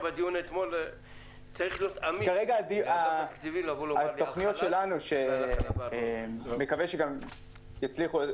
כרגע התוכניות שלנו, שאני מקווה שגם יצליחו,